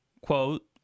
quote